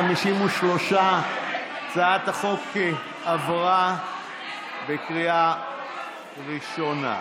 53. הצעת החוק עברה בקריאה ראשונה.